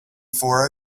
for